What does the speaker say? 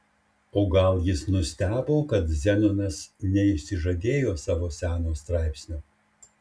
o gal jis nustebo kad zenonas neišsižadėjo savo seno straipsnio